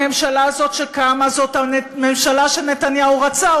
הממשלה הזאת שקמה זאת הממשלה שנתניהו רצה.